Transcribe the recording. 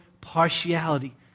partiality